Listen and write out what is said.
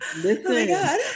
listen